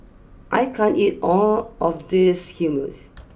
I can't eat all of this Hummus